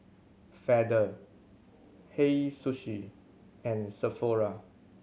Feather Hei Sushi and Sephora